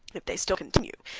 if they still continue,